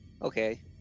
okay